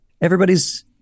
everybody's